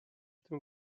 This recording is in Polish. tym